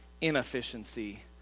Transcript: inefficiency